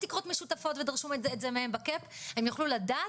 ותקרות משותפות ודרשו את זה מהם הם יוכלו לדעת